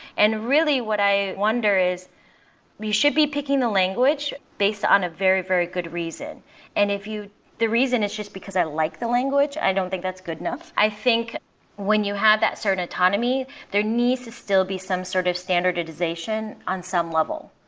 and really, what i wonder is we should be picking the language based on a very very good reason and if the reason it's just because i like the language, i don't think that's good enough. i think when you have that certain economy, there needs to still be some sort of standardization on some level.